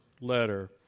letter